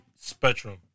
Spectrum